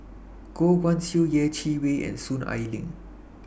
Goh Guan Siew Yeh Chi Wei and Soon Ai Ling